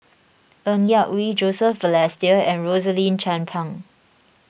Ng Yak Whee Joseph Balestier and Rosaline Chan Pang